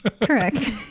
Correct